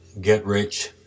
get-rich